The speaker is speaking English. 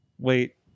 Wait